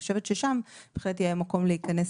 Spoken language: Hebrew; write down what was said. אני חושבת ששם בהחלט יהיה מקום להיכנס